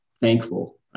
thankful